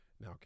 now